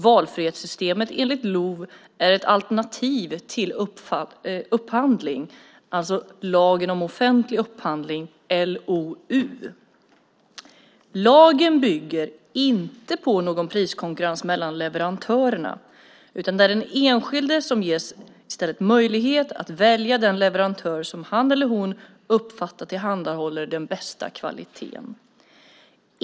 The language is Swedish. Valfrihetssystemet enligt LOV är ett alternativ till upphandling, alltså lagen om offentlig upphandlig, LOU. Lagen bygger inte på någon priskonkurrens mellan leverantörerna, utan det är den enskilde som i stället ges möjlighet att välja den leverantör som han eller hon uppfattar tillhandahåller den bästa kvaliteten.